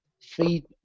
feed